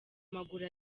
maguru